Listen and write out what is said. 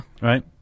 right